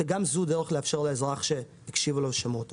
וגם זו דרך לאפשר לאזרח להרגיש שהקשיבו לו ושמעו אותו.